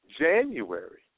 January